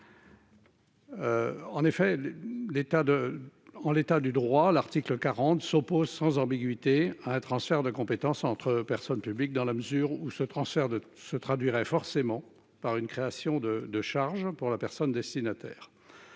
de. En l'état du droit, l'article 40 s'oppose sans ambiguïté à un transfert de compétences entre personnes publiques dans la mesure où ce transfert de se traduira forcément par une création de de charges pour la personne destinataire.